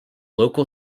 local